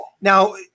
now